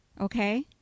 Okay